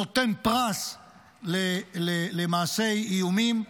נותן פרס למעשי איומים,